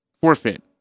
forfeit